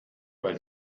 weil